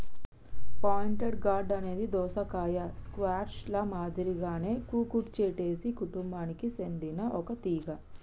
pointed gourd అనేది దోసకాయ, squash ల మాదిరిగానే కుకుర్చిటేసి కుటుంబానికి సెందిన ఒక తీగ